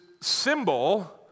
symbol